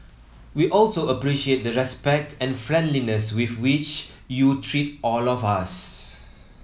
we also appreciate the respect and friendliness with which you treat all of us